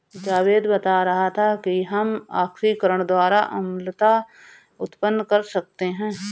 जावेद बता रहा था कि हम ऑक्सीकरण द्वारा अम्लता उत्पन्न कर सकते हैं